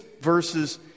verses